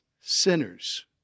sinners